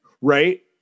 Right